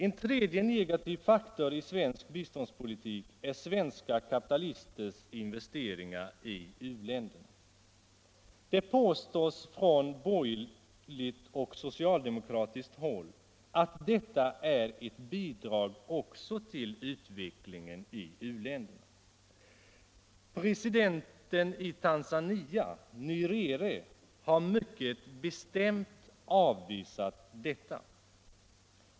En tredje negativ faktor i svensk biståndspolitik är svenska kapitalisters investeringar i u-länderna. Det påstås från borgerligt och socialdemokratiskt håll att det är ett bidrag till utvecklingen i u-länderna. Presidenten i Tanzania, Nyerere, har mycket bestämt avvisat detta.